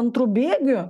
antru bėgiu